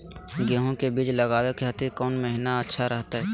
गेहूं के बीज लगावे के खातिर कौन महीना अच्छा रहतय?